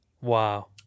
wow